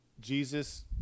Jesus